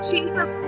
Jesus